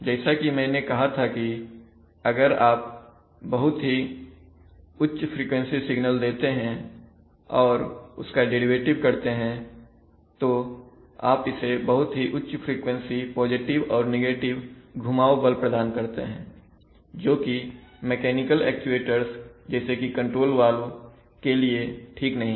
जैसा कि मैंने कहा था कि अगर आप बहुत ही उच्च फ्रीक्वेंसी सिग्नल देते हैं और उसका डेरिवेटिव करते हैं तो आप इसे बहुत ही उच्च फ्रीक्वेंसी पॉजिटिव और नेगेटिव घुमाव बल प्रदान करते हैं जोकि मैकेनिकल एक्चुएटर्स जैसे कि कंट्रोल वाल्व के लिए ठीक नहीं है